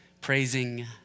praising